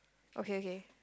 okay okay